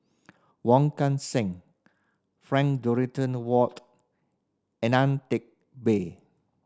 Wong Kan Seng Frank Dorrington Ward and Ang Teck Bee